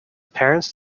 parents